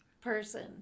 person